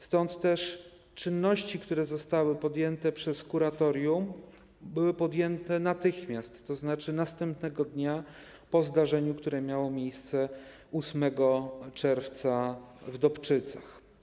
Stąd też czynności, które zostały podjęte przez kuratorium, były podjęte natychmiast, to znaczy następnego dnia po zdarzeniu, które miało miejsce 8 czerwca w Dobczycach.